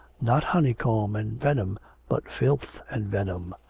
not honeycomb and venom but filth and venom.